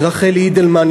ולרחלי אידלמן,